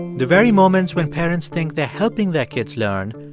the very moments when parents think they're helping their kids learn,